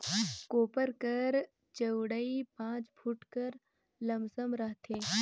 कोपर कर चउड़ई पाँच फुट कर लमसम रहथे